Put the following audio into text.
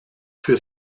für